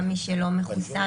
גם מי שלא מחוסן,